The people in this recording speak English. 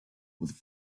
with